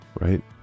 right